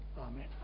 amen